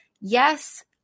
Yes